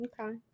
Okay